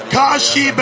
Kashi